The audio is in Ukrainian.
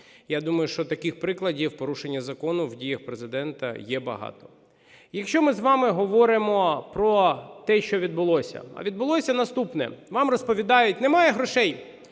Я думаю, що таких прикладів порушення закону в діях Президента є багато. Якщо ми з вами говоримо про те, що відбулося, а відбулося наступне. Вам розповідають: немає грошей,